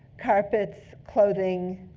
carpets, clothing,